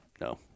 no